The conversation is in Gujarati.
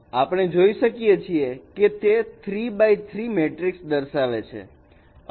આપણે જોઈ શકીએ છીએ કે તે 3x3 મેટ્રિક્સ દર્શાવે છે